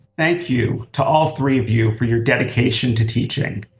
thank you to all three of you for your dedication to teaching.